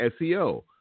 SEO